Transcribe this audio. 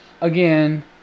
Again